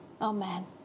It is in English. Amen